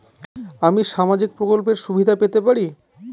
কিভাবে সামাজিক প্রকল্পের সুবিধা পেতে পারি?